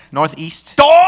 northeast